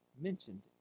mentioned